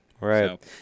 Right